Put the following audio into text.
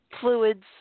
fluids